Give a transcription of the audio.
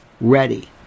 ready